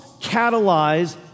catalyze